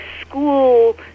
school